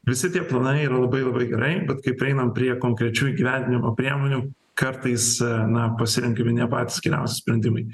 visi tie planai yra labai labai gerai bet kai prieinam prie konkrečių įgyvendinimo priemonių kartais na pasirenkami ne patys geriausi sprendimai